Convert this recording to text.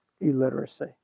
illiteracy